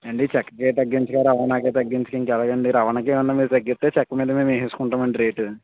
ఏండీ చెక్కకి తగ్గించక రవాణాకి తగ్గించక ఇంకెలాగండీ రావాణాకేమన్నా మీరు తగ్గిస్తే చెక్క మీద మేమేసేసుకుంటామండీ రేటు